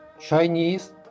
Chinese